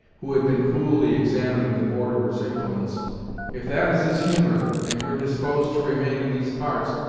who had been coolly examining the borderer's implements if that is his humor, and you're disposed to remain in these parts,